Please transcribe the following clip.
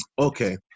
okay